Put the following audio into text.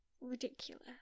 ridiculous